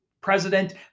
president